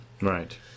right